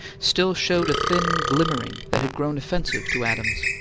still showed a thin glimmering that had grown offensive to adams.